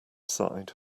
side